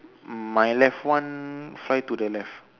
my left one fly to the left